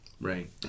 Right